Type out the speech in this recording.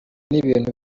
n’ibintu